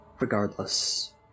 Regardless